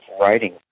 writing